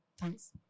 Thanks